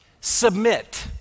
submit